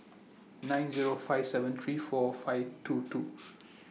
nine Zero five seven three four five two two